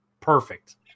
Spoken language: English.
perfect